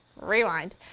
rewind!